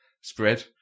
spread